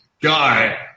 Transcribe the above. guy